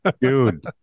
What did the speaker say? Dude